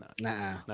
nah